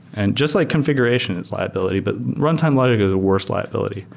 and just like configuration is liability. but runtime logic is the worst liability.